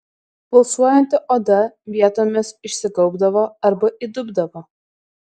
pulsuojanti oda vietomis išsigaubdavo arba įdubdavo